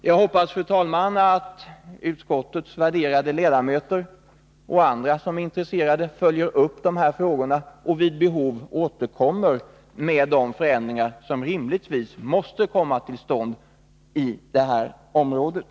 Jag hoppas, fru talman, att utskottets värderade ledamöter och andra som är intresserade följer upp de här frågorna och vid behov återkommer med de förändringar som rimligtvis måste komma till stånd på det här området.